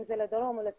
אם זה לדרום או לצפון,